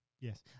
Yes